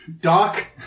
Doc